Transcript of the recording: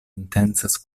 intencas